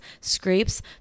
scrapes